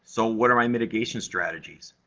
so, what are my mitigation strategies?